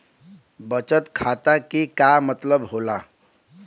बचत खाता के का मतलब होला?